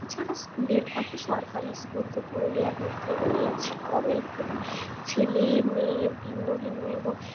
এছাড়া স্কুলের কথা সরকারি স্কুল তো পুরুলিয়ার মধ্যে রয়েইছে অনেকগুলি ছেলে মেয়ের ভিন্ন ভিন্ন এবং